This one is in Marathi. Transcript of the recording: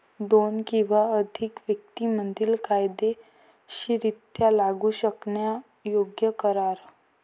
दोन किंवा अधिक व्यक्तीं मधील कायदेशीररित्या लागू करण्यायोग्य करार